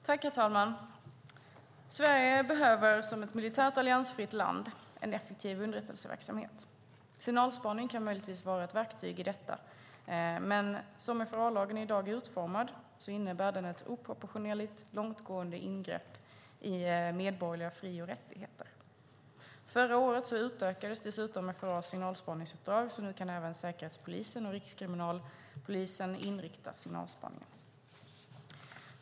Herr talman! Sverige behöver, som ett militärt alliansfritt land, en effektiv underrättelseverksamhet. Signalspaning kan möjligtvis vara ett verktyg i detta, men som FRA-lagen i dag är utformad innebär den oproportionerligt långtgående ingrepp i medborgerliga fri och rättigheter. Förra året utökades dessutom FRA:s signalspaningsuppdrag. Nu kan även Säkerhetspolisen och Rikskriminalpolisen inrikta signalspaningen.